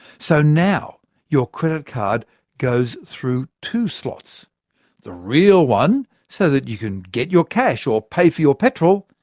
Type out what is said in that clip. so now your credit card goes through two slots the real one so that you can get your cash or pay for your petrol,